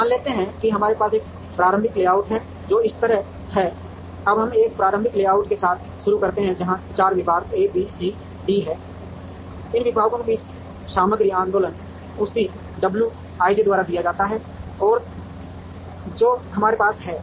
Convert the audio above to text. अब मान लेते हैं कि हमारे पास एक प्रारंभिक लेआउट है जो इस तरह है अब हम एक प्रारंभिक लेआउट के साथ शुरू करते हैं जहां 4 विभाग ABCD हैं इन विभागों के बीच सामग्री आंदोलन उसी wij द्वारा दिया जाता है जो हमारे पास है